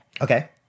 Okay